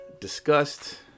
discussed